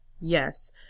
yes